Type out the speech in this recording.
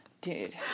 Dude